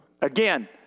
Again